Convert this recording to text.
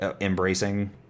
embracing